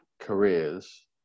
careers